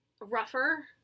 rougher